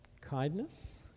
kindness